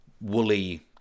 woolly